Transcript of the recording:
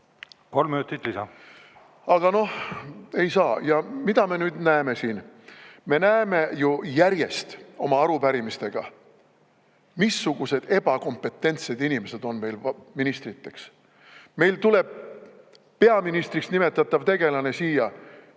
Kolm minutit lisa. Aga noh, ei saa aru. Ja mida me nüüd näeme siin? Me näeme ju järjest oma arupärimiste peale, missugused ebakompetentsed inimesed on meil ministriteks. Meile tuleb peaministriks nimetatav tegelane siia